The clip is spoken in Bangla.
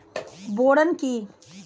বোরন কি?